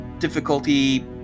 difficulty